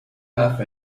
have